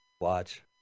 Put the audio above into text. Watch